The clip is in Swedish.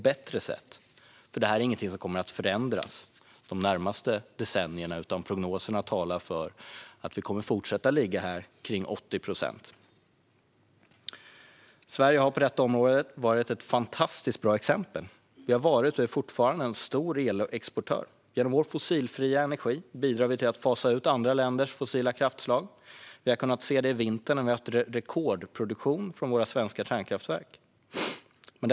Detta kommer nämligen inte att förändras under de närmaste decennierna. Prognoserna talar för att det kommer att fortsätta ligga kring 80 procent. Sverige har på detta område varit ett fantastiskt bra exempel. Vi har varit och är fortfarande en stor elexportör. Genom vår fossilfria energi bidrar vi till att fasa ut andra länders fossila kraftslag. Vi har kunnat se det i vinter när vi har haft rekordproduktion på de svenska kärnkraftverken.